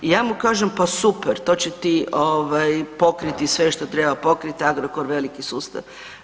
I ja mu kažem, pa super, to će ti ovaj, pokriti sve što treba pokriti, Agrokor je veliki sustav.